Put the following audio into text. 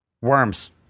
Worms